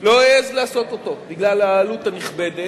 לא העז לעשות אותו, בגלל העלות הנכבדת,